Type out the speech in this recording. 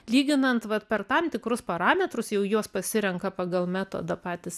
lyginant vat per tam tikrus parametrus jau juos pasirenka pagal metodą patys